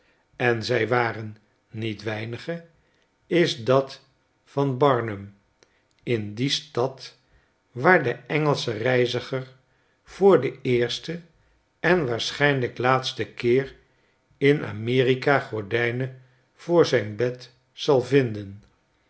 en zij waren niet weinige is dat vanbarnum in die stad waar de engelsche reiziger voor den eersten en waarschijnlijk laatsten keer in amerika gordijnen voor zijn bed zal vinden